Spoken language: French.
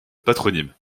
patronyme